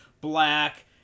Black